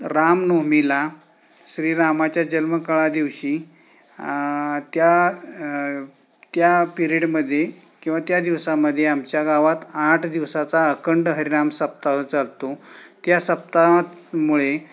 रामनवमीला श्रीरामाच्या जन्मकाळादिवशी त्या त्या पिरिडमध्ये किंवा त्या दिवसामध्ये आमच्या गावात आठ दिवसाचा अखंड हरिनाम सप्ताह चालतो त्या सप्ताहामुळे